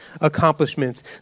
accomplishments